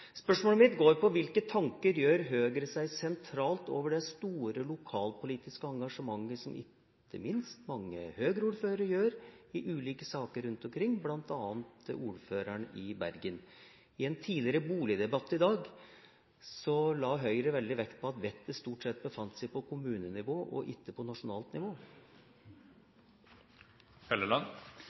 Spørsmålet mitt er: Hvilke tanker gjør Høyre sentralt seg om det store lokalpolitiske engasjementet som ikke minst mange Høyre-ordførere har i ulike saker rundt omkring, bl.a. ordføreren i Bergen? I en tidligere boligdebatt i dag la Høyre veldig vekt på at vettet stort sett befant seg på kommunenivå og ikke på nasjonalt nivå.